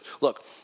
Look